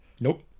nope